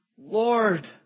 Lord